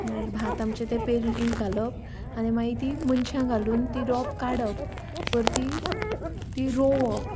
भात आमचें तें पेरणीर घालप आनी मागीर तीं मनशां घालून तीं रोंप काडप परती ती रोंवप